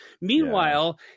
Meanwhile